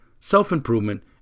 self-improvement